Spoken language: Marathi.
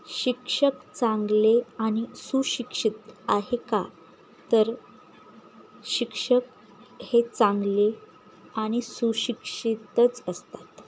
शिक्षक चांगले आणि सुशिक्षित आहे का तर शिक्षक हे चांगले आणि सुशिक्षितच असतात